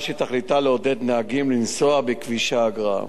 שתכליתה לעודד נהגים לנסוע בכביש האגרה.